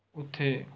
ਉੱਥੇ